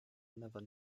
never